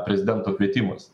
prezidento kvietimas